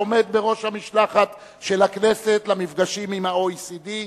העומד בראש משלחת הכנסת למפגשים עם ה-OECD,